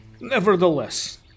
nevertheless